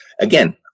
again